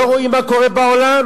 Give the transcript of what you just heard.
לא רואים מה קורה בעולם?